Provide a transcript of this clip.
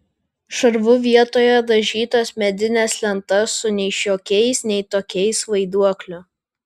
šarvu vietoje dažytas medines lentas su nei šiokiais nei tokiais vaiduokliu